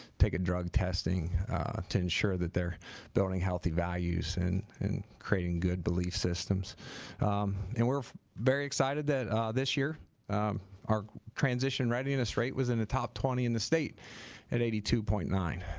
take a drug testing to ensure that they're building healthy values and creating good belief systems and we're very excited that this year our transition readiness rate was in the top twenty in the state at eighty two point nine